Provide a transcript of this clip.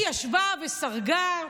היא ישבה וסרגה,